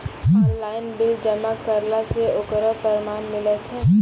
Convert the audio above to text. Online bill जमा करला से ओकरौ परमान मिलै छै?